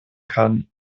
kann